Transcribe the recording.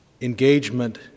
engagement